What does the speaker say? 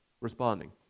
responding